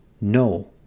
no